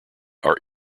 are